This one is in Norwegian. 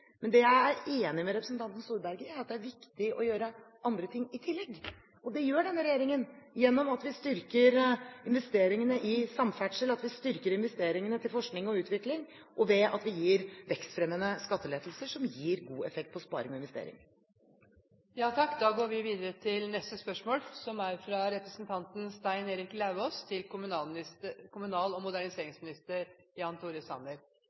Det jeg er enig med representanten Storberget i, er at det er viktig å gjøre andre ting i tillegg. Det gjør denne regjeringen ved at vi styrker investeringene i samferdsel, ved at vi styrker investeringene til forskning og utvikling, og ved at vi gir vekstfremmende skattelettelser, som har god effekt på sparing og investering. «Regjeringen fjernet 430 mill. kr til regional utvikling i statsbudsjettet for 2014. Dette vil gå ut over mange innovasjons- og